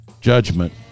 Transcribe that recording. judgment